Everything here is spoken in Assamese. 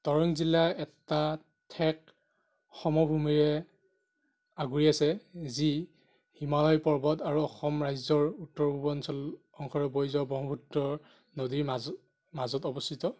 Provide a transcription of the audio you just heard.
দৰং জিলা এটা ঠেক সমভূমিৰে আগুৰি আছে যি হিমালয় পৰ্বত আৰু অসম ৰাজ্যৰ উত্তৰ পূৰ্বাঞ্চল অংশৰে বৈ যোৱা ব্ৰহ্মপুত্ৰ নদীৰ মাজত মাজত অৱস্থিত